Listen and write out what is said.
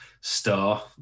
star